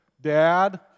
Dad